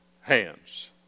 hands